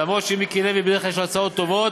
למרות שמיקי לוי יש לו בדרך כלל הצעות טובות,